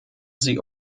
sie